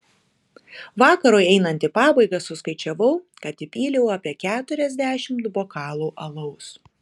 vakarui einant į pabaigą suskaičiavau kad įpyliau apie keturiasdešimt bokalų alaus